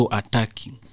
attacking